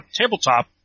tabletop